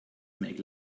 make